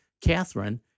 Catherine